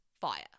fire